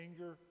anger